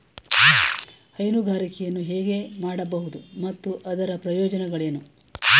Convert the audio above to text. ಹೈನುಗಾರಿಕೆಯನ್ನು ಹೇಗೆ ಮಾಡಬಹುದು ಮತ್ತು ಅದರ ಪ್ರಯೋಜನಗಳೇನು?